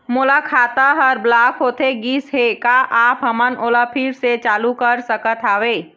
मोर खाता हर ब्लॉक होथे गिस हे, का आप हमन ओला फिर से चालू कर सकत हावे?